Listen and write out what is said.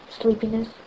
sleepiness